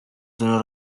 tono